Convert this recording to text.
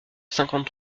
cinquante